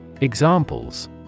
Examples